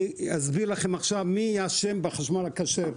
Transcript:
אסביר לכם עכשיו מי אשם בחשמל הכשר.